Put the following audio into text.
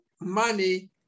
money